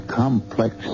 complex